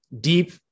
deep